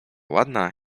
ładna